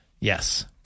Yes